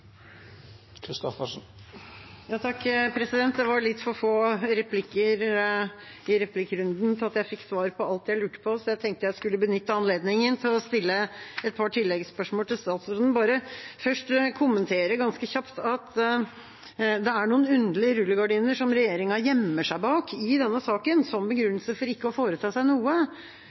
Det var litt for få replikker i replikkrunden til at jeg fikk svar på alt jeg lurte på, så jeg tenkte jeg skulle benytte anledningen til å stille et par tilleggsspørsmål til statsråden. Jeg vil først – ganske kjapt – bare kommentere at det er noen underlige rullegardiner som regjeringa gjemmer seg bak i denne saken, som begrunnelse for ikke å foreta seg noe.